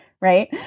right